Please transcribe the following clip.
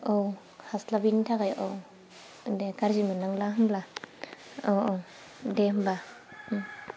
औ हास्लाबैनि थाखाय औ दे गाज्रि मोननांला होनब्ला औ औ दे होमबा